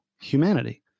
humanity